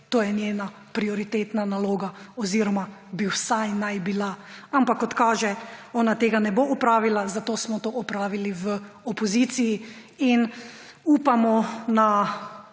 To je njena prioritetna naloga oziroma bi vsaj naj bila. Ampak kot kaže, ona tega ne bo opravila, zato smo to opravili v opoziciji in upamo na